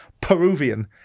Peruvian